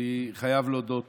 אני חייב להודות